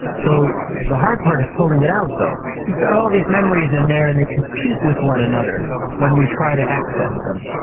so the hard part is pulling it out though. we've got all these memories in there and they compete with one another when we try to access them.